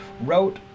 wrote